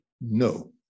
No